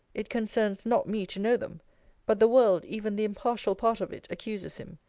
it concerns not me to know them but the world, even the impartial part of it, accuses him.